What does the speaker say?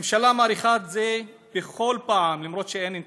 הממשלה מאריכה את זה בכל פעם אפילו שאין אינתיפאדה.